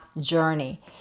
journey